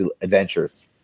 adventures